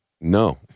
No